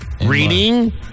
reading